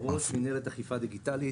מינהלת אכיפה דיגיטלית.